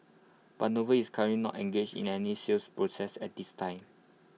but noble is current not engaged in any sales process at this time